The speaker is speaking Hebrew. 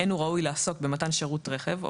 אין הוא ראוי לעסוק במתן שירות רכב או